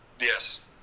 Yes